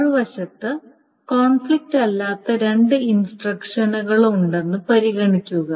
മറുവശത്ത് കോൺഫ്ലിക്റ്റില്ലാത്ത രണ്ട് ഇൻസ്ട്രക്ഷനുകളുണ്ടെന്ന് പരിഗണിക്കുക